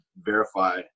verify